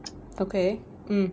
okay mm